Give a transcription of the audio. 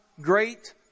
great